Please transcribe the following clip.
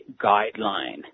guideline